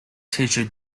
tissue